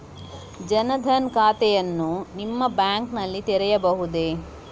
ಜನ ದನ್ ಖಾತೆಯನ್ನು ನಿಮ್ಮ ಬ್ಯಾಂಕ್ ನಲ್ಲಿ ತೆರೆಯಬಹುದೇ?